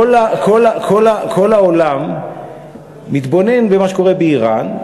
כל העולם מתבונן במה שקורה באיראן,